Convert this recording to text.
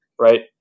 right